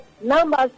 Numbers